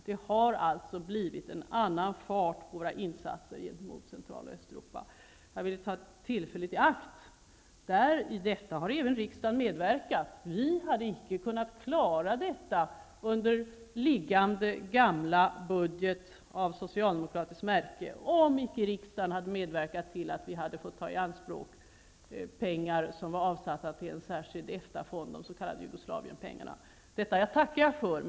Det har alltså blivit en annan fart på våra insatser riktade mot Central och Östeuropa. Jag vill ta tillfället i akt att säga det. I detta har även riksdagen medverkat. Vi hade inte kunnat klara detta med den föreliggande gamla budgeten av socialdemokratiskt märke om icke riksdagen medverkat till att regeringen fått ta i anspråk pengar som var avsatta till en särskild EFTA-fond, de s.k. Jugoslavienpengarna. Det tackar jag för.